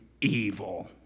evil